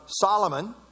Solomon